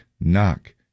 knock